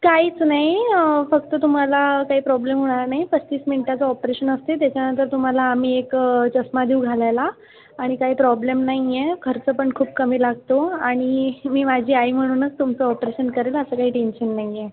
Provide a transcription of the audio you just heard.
काहीच नाही फक्त तुम्हाला काही प्रॉब्लम होणार नाही पस्तीस मिनिटाचं ऑपरशन असतं त्याच्यानंतर तुम्हाला आम्ही एक चष्मा देऊ घालायला आणि काही प्रॉब्लम नाही आहे खर्च पण खूप कमी लागतो आणि मी माझी आई म्हणूनच तुमचं ऑपरशन करेल असं काही टेंशन नाही आहे